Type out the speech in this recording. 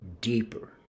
deeper